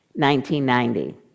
1990